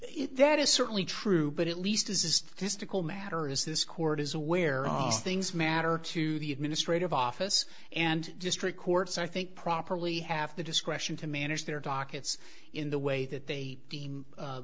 matters that is certainly true but at least this is this tical matter is this court is aware of things matter to the administrative office and district courts i think properly have the discretion to manage their dockets in the way that they deem a